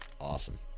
awesome